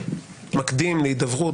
אני הקטן אמרתי שאני רואה את תפקידי,